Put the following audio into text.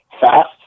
fast